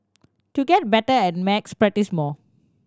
to get better at maths practise more